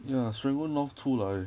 ya serangoon north 出来